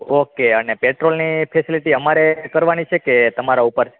okay અને પેટ્રોલની facility અમારે કરવાની છે કે તમારાં ઉપર